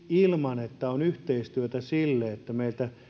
ilman että on yhteistyötä niin että meiltä